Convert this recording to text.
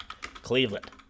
Cleveland